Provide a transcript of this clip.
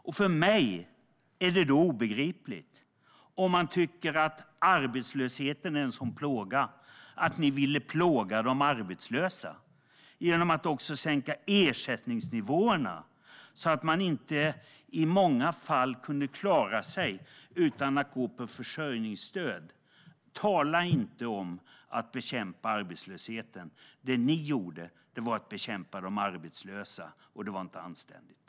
Om ni nu tycker att arbetslösheten är en sådan plåga är det obegripligt för mig att ni vill plåga de arbetslösa genom att sänka ersättningsnivåerna så att man i många fall inte kan klara sig utan får gå på försörjningsstöd. Tala inte om att bekämpa arbetslösheten! Det ni gjorde var att bekämpa de arbetslösa, och det var inte anständigt.